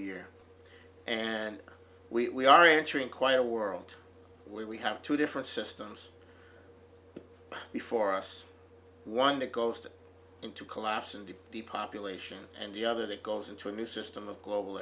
year and we are entering quite a world where we have two different systems before us one to coast and to collapse and to the population and the other that goes into a new system of global